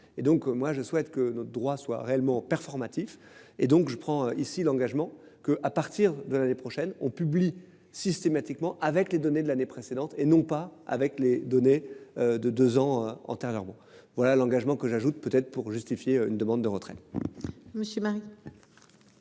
et donc moi je souhaite que nos droits soient réellement performatif et donc je prends ici l'engagement que à partir de l'année prochaine on publie systématiquement avec les données de l'année précédente et non pas avec les données de 2 ans. Antérieurement. Voilà l'engagement que j'ajoute peut-être pour justifier une demande de retraite.